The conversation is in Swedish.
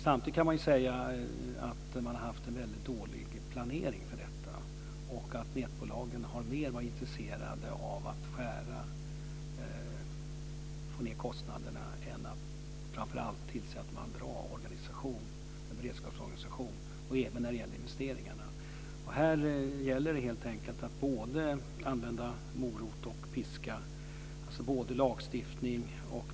Samtidigt kan sägas att man har haft en väldigt dålig planering för detta och att nätbolagen mera har varit intresserade av att få ned kostnaderna än av att framför allt tillse att man har en bra beredskapsorganisation och även när det gäller investeringarna. Här gäller det helt enkelt att använda både morot och piska, alltså lagstiftning.